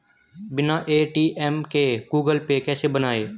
बिना ए.टी.एम के Google Pay कैसे बनायें?